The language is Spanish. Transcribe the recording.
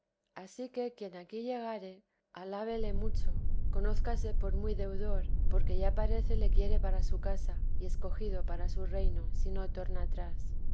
ansí que quien aquí llegare alábele mucho conózcase por muy deudor porque ya parece le quiere para su casa y escogido para su reino si no torna atrás